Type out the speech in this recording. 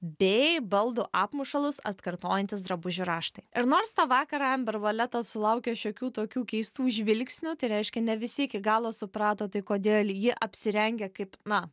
bei baldų apmušalus atkartojantys drabužių raštai ir nors tą vakarą amber valeta sulaukė šiokių tokių keistų žvilgsnių tai reiškia ne visi iki galo suprato tai kodėl ji apsirengė kaip na